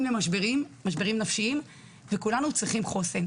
למשברים נפשיים וכולנו צריכים חוסן.